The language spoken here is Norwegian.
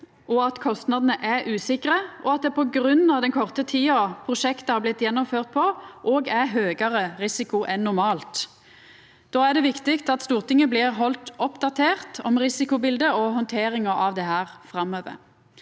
at kostnadene er usikre, og at det på grunn av den korte tida prosjektet har blitt gjennomført på, òg er høgare risiko enn normalt. Då er det viktig at Stortinget blir halde oppdatert om risikobildet og handteringa av det framover.